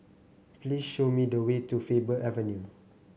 please show me the way to Faber Avenue